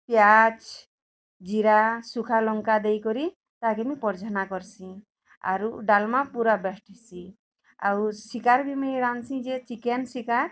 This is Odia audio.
ପିଆଜ୍ ଜିରା ଶୁଖା ଲଙ୍କା ଦେଇକରି ତାହାକେ ମୁଇଁ ପର୍ଝେନା କର୍ସିଁ ଆରୁ ଡ଼ାଲ୍ମା ପୂରା ବେଷ୍ଟ୍ ହେସି ଆଉ ଶିକାର୍ ମୁଇଁ ରାନ୍ଧ୍ସି ଯେ ଚିକେନ୍ ଶିକାର୍